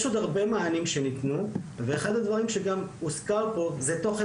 יש עוד הרבה מענים שניתנו ואחד הדברים שגם הוזכר פה זה תוכן